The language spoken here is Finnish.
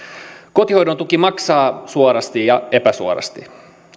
kotihoidon tuki maksaa suorasti ja epäsuorasti